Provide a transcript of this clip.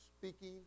speaking